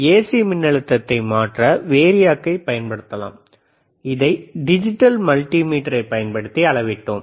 AC மின்னழுத்தத்தை மாற்ற வேரியாக்கை பயன்படுத்தலாம் இதை டிஜிட்டல் மல்டிமீட்டரைப் பயன்படுத்தி அளவிட்டோம்